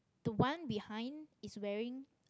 the one behind is wearing